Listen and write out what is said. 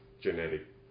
genetic